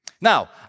Now